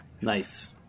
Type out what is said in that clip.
Nice